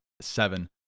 seven